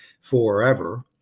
forever